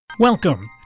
Welcome